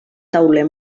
tauler